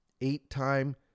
eight-time